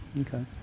okay